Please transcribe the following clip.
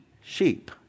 sheep